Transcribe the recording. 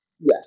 Yes